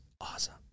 awesome